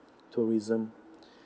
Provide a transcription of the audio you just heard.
tourism